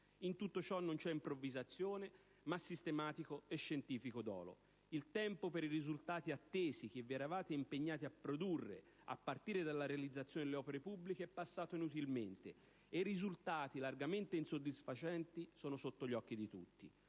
In tutto ciò non c'è improvvisazione ma sistematico e scientifico dolo. Il tempo per i risultati attesi che vi eravate impegnati a produrre a partire dalla realizzazione delle opere pubbliche è passato inutilmente e i risultati largamente insoddisfacenti sono sotto gli occhi di tutti.